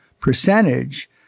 percentage